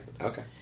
Okay